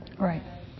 Right